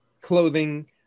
clothing